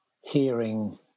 hearing